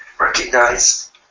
recognize